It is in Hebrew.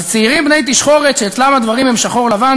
אז צעירים בני-תשחורת שאצלם הדברים הם שחור לבן,